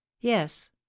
yes